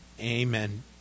Amen